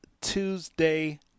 Tuesday